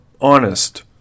honest